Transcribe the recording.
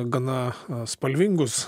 gana spalvingus